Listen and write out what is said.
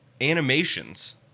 animations